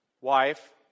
wife